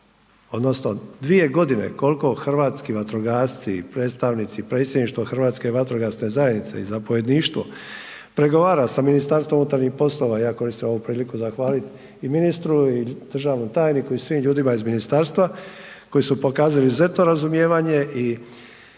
odnosno 2 godine koliko hrvatski vatrogasci i predstavnici predsjedništva Hrvatske vatrogasne zajednice i zapovjedništvo pregovara sa Ministarstvom unutarnjih poslova. Ja koristim ovu priliku zahvaliti i ministru i državnom tajniku i svim ljudima iz ministarstva koji su pokazali izuzetno razumijevanje i